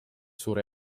suure